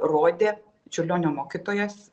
rodė čiurlionio mokytojas